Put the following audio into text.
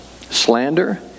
slander